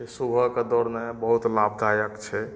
जे सुबहके दौड़नाइ बहुत लाभदायक छै